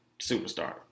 superstar